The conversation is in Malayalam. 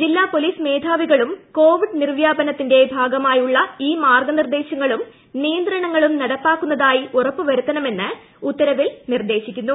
ജില്ലാ പൊലീസ് മേ്ലാവികളും കോവിഡ് നിർവ്യാപനത്തിന്റെ ഭാഗമായുള്ള ഈ മാർഗനിർദേശങ്ങളും നിയന്ത്രണങ്ങളും നടപ്പാക്കുന്നുതായി ഉറപ്പുവരുത്തണമെന്ന് ഉത്തരവിൽ നിർദേശിക്കൂന്നു